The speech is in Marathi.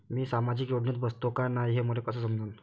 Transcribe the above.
मी सामाजिक योजनेत बसतो का नाय, हे मले कस समजन?